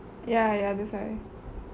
ya ya that's why